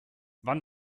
wann